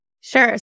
Sure